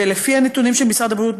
ולפי הנתונים של משרד הבריאות,